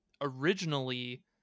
Originally